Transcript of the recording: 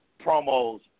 promos